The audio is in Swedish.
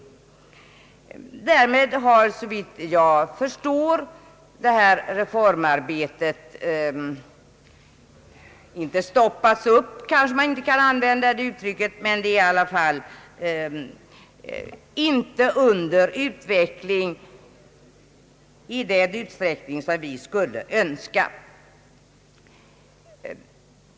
Därmed har såvitt jag förstår detta reformarbete visserligen inte stoppats, men det är i alla fall inte under utveckling i den utsträckning som vi skulle önska.